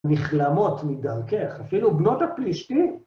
נכלמות מדרכך, אפילו בנות הפלישתי.